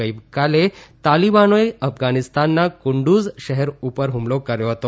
ગઇકાલે તાલીબાનોએ અફધાનીસ્તાનના કુંડુઝ શહેર ઉપર હ્મલો કર્યો હતો